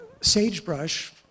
Sagebrush